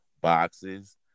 boxes